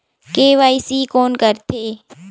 KYC कोन करथे?